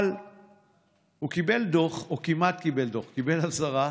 אבל הוא קיבל דוח, או כמעט קיבל דוח, קיבל אזהרה.